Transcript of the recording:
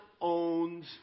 owns